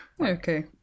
Okay